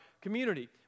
community